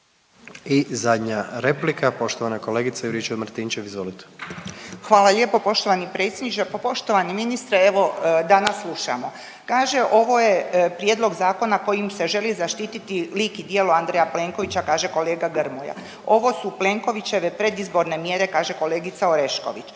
I zadnja replika poštovana kolegica Juričev-Martinčev izvolite. **Juričev-Martinčev, Branka (HDZ)** Hvala lijepo poštovani predsjedniče. Pa poštovani ministre, evo danas slušamo, kaže ovo je prijedlog zakona kojim se želi zaštiti lik i djelo Andreja Plenkovića kaže kolega Gmoja. Ovo su Plenkovićeve predizborne mjere, kaže kolegica Orešković.